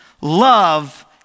Love